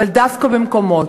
אבל דווקא במקומות,